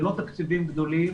זה לא תקציבים גדולים